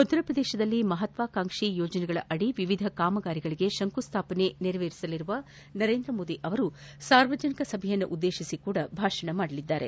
ಉತ್ತರಪ್ರದೇಶದಲ್ಲಿ ಮಹಾತ್ವಾಕಾಂಕ್ಷಿ ಯೋಜನೆಗಳಡಿ ವಿವಿಧ ಕಾಮಗಾರಿಗಳಿಗೆ ಶಂಕುಸ್ಥಾಪನೆ ನೆರವೇರಿಸಲಿರುವ ನರೇಂದ್ರ ಮೋದಿ ಅವರು ಸಾರ್ವಜನಿಕ ಸಭೆಯನ್ನುದ್ದೇಶಿಸಿಯೂ ಭಾಷಣ ಮಾಡಲಿದ್ದಾರೆ